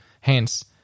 hence